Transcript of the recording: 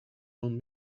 own